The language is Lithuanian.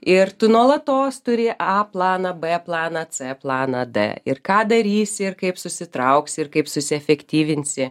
ir tu nuolatos turi a planą b planą c planą d ir ką darysi ir kaip susitrauksi ir kaip susiefektyvinsi